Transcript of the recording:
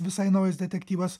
visai naujas detektyvas